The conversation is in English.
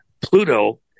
Pluto